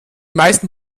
meisten